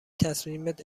تصمیمت